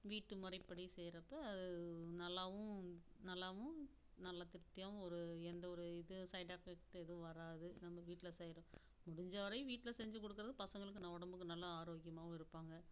வீட்டு முறைப்படி செய்கிறப்ப நல்லாவும் நல்லாவும் நல்லா திருப்தியாகவும் ஒரு எந்த ஒரு இது சைட் எஃபெக்டு எதுவும் வராது நம்ம வீட்டில் செய்கிற முடிஞ்ச வரையும் வீட்டில் செஞ்சு கொடுக்குறது பசங்களுக்கு உடம்புக்கு நல்லா ஆரோக்கியமாகவும் இருப்பாங்க